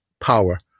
power